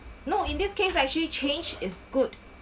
no in this case actually change is good